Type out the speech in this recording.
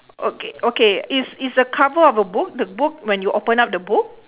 okay okay is is a cover of a book the book when you open up the book